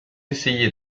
essayé